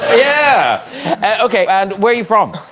yeah okay, and where you from?